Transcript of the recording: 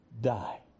die